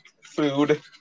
food